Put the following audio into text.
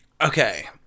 Okay